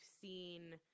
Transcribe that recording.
seen